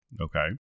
Okay